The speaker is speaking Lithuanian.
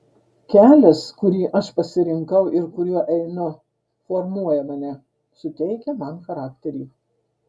kelias kurį aš pasirinkau ir kuriuo einu formuoja mane suteikia man charakterį